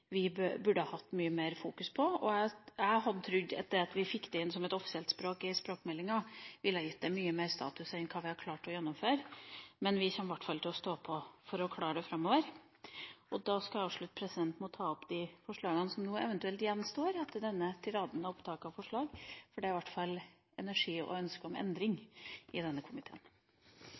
vi burde ha hatt mye mer fokus på, og jeg hadde trodd at det at vi fikk det inn som et offisielt språk i språkmeldinga, ville gitt det mye mer status enn hva vi har klart å gjennomføre. Men vi kommer i hvert til å stå på for å klare det framover. Da skal jeg avslutte med å ta opp de forslagene som eventuelt gjenstår etter denne tiraden av opptak av forslag. Det er i hvert fall energi og ønske om endring i denne komiteen.